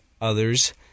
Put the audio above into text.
others